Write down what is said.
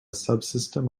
subsystem